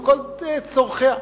בכל צרכיה.